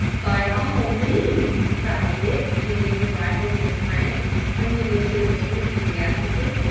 by all means, cried dick, handing his rifle to his friend, and springing into the ring enthusiastically.